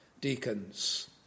deacons